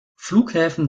flughäfen